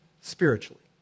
spiritually